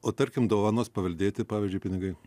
o tarkim dovanos paveldėti pavyzdžiui pinigai